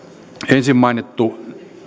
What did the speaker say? ensin mainittu